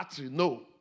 no